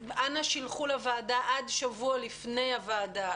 אנא שלחו לוועדה עד שבוע לפני הוועדה,